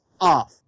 off